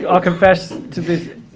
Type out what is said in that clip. ah i'll confess to this,